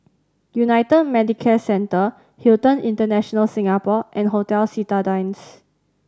United Medicare Centre Hilton International Singapore and Hotel Citadines